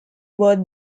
were